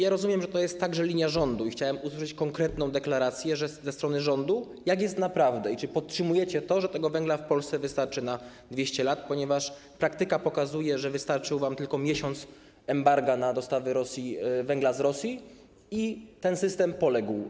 Ja rozumiem, że to jest także linia rządu, i chciałbym usłyszeć konkretną deklarację ze strony rządu, jak jest naprawdę i czy podtrzymujecie to, że tego węgla w Polsce wystarczy na 200 lat, ponieważ praktyka pokazuje, że wystarczył wam tylko miesiąc embarga na dostawy węgla z Rosji i ten system poległ.